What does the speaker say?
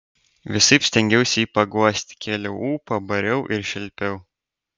visaip stengiausi jį paguosti kėliau ūpą bariau ir šelpiau